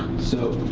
so